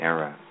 Era